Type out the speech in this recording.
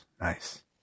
Nice